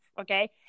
Okay